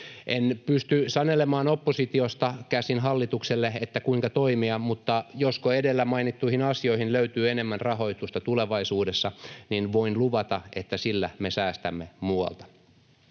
nyt pysty sanelemaan oppositiosta käsin hallitukselle, kuinka toimia, mutta josko edellä mainittuihin asioihin löytyy enemmän rahoitusta tulevaisuudessa, niin voin luvata, että sillä me säästämme muualta.